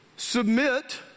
Submit